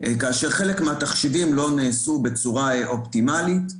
כאשר חלק מהתחשיבים לא נעשו בצורה אופטימלית.